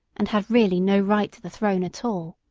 and had really no right to the throne at all.